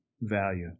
value